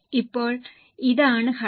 ഇപ്പോൾ ഇതാണ് ഘടന